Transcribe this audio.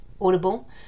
Audible